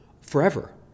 forever